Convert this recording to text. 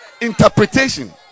Interpretation